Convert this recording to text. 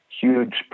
huge